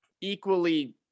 equally